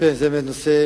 חבר הכנסת